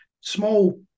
small